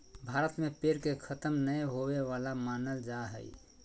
भारत में पेड़ के खतम नय होवे वाला मानल जा हइ